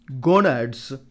Gonads